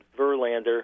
Verlander